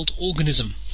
organism